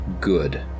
good